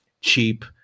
cheap